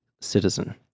citizen